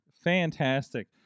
Fantastic